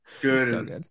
good